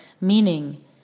meaning